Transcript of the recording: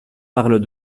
parlent